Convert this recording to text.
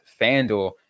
FanDuel